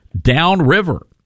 downriver